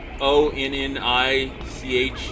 O-N-N-I-C-H